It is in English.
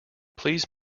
please